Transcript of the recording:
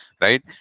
Right